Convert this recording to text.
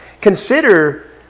consider